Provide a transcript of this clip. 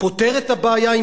פותר את הבעיה,